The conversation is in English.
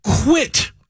quit